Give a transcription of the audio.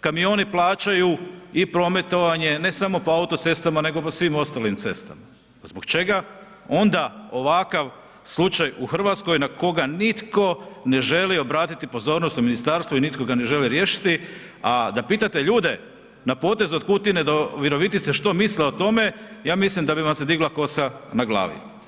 kamioni plaćaju i prometovanje ne samo po autocestama, nego po svim ostalim cestama, pa zbog čega onda ovakav slučaj u RH na koga nitko ne želi obratiti pozornost u ministarstvu i nitko ga ne želi riješiti, a da pitate ljude na potezu od Kutine do Virovitice što misle o tome, ja mislim da bi vam se digla kosa na glavi.